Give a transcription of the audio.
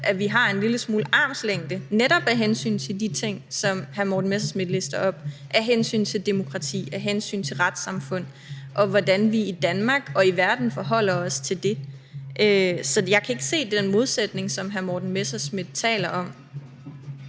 at vi har en lille smule armslængde, netop af hensyn til de ting, som hr. Morten Messerschmidt lister op; af hensyn til demokratiet, af hensyn til retssamfundet, og af hensyn til hvordan vi i Danmark og i verden forholder os til det. Så jeg kan ikke se den modsætning, som hr. Morten Messerschmidt taler om.